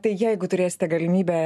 tai jeigu turėsite galimybę